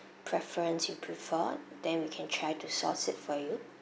preference you prefer then we can try to source it for you